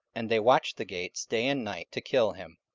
and they watched the gates day and night to kill him.